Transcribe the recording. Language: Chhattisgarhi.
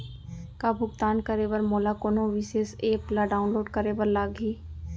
का भुगतान करे बर मोला कोनो विशेष एप ला डाऊनलोड करे बर लागही